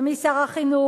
ומי שר החינוך,